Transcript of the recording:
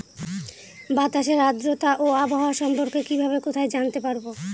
বাতাসের আর্দ্রতা ও আবহাওয়া সম্পর্কে কিভাবে কোথায় জানতে পারবো?